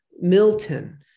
Milton